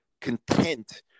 content